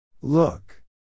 Look